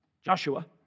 Joshua